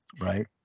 right